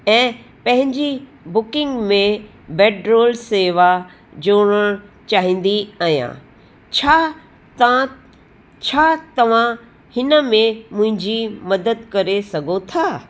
ऐं पंहिंजी बुकिंग में बैडरोल शेवा ॼोणणु चाहींदी आहियां छा तव्हां छा तव्हां हिन में मुंहिंजी मदद करे सघो था